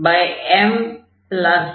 m